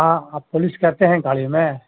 ہاں آپ پولیس کرتے ہیں گاڑی میں